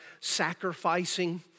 sacrificing